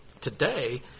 today